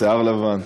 שיער לבן.